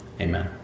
Amen